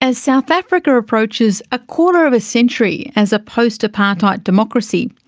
as south africa approaches a quarter of a century as a post-apartheid democracy,